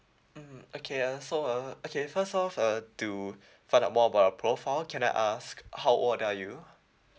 mm okay uh so uh okay first off uh to find out more about your profile can I ask how old are you